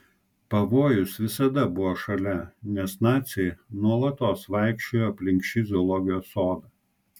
pavojus visada buvo šalia nes naciai nuolatos vaikščiojo aplink šį zoologijos sodą